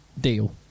deal